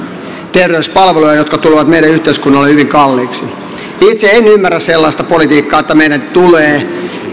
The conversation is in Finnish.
terveyspalveluja jotka tulevat meidän yhteiskunnallemme hyvin kalliiksi itse en ymmärrä sellaista politiikkaa että meidän tulee